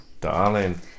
Darling